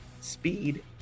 speed